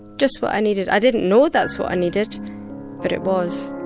just what i needed. i didn't know that's what i needed but it was.